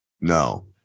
No